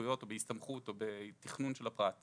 בזכויות או בהסתמכות או בתכנון של הפרט.